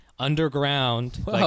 underground